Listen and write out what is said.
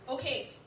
Okay